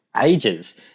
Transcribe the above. ages